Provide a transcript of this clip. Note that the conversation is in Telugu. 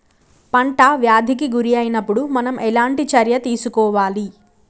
పంట వ్యాధి కి గురి అయినపుడు మనం ఎలాంటి చర్య తీసుకోవాలి?